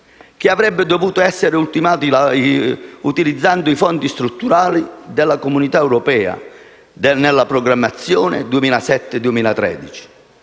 che avrebbe dovuto essere ultimato utilizzando i fondi strutturali della Comunità europea della programmazione 2007-2013.